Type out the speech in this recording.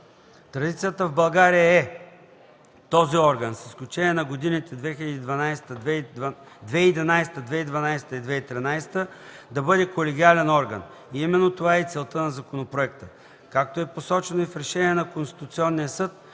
Традицията в България е този орган, с изключение на годините 2011, 2012 и 2013, да бъде колегиален орган – именно това е и целта на законопроекта. Както е посочено и в решение на Конституционния съд,